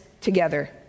together